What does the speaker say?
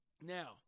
Now